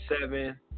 seven